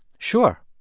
sure,